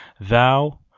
Thou